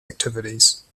activities